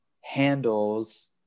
handles